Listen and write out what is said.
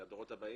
לדורות הבאים.